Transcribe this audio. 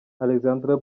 alexander